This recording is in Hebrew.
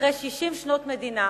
אחרי 60 שנות מדינה,